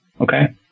Okay